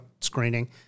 screening